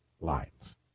lines